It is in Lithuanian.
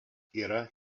yra